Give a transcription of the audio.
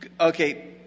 Okay